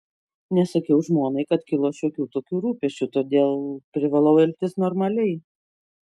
nesakiau žmonai kad kilo šiokių tokių rūpesčių todėl privalau elgtis normaliai